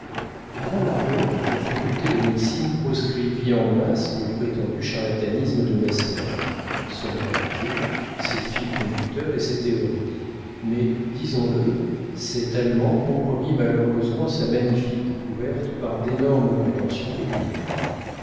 avant l'arrêt la faculté de médecine proscrivit en masse le prétendu charlatanisme de mesmer son baquet ses fils conducteurs et ses théories mais disons-le cet allemand compromit malheureusement sa magnifique découverte par d'énormes prétentions pécuniaires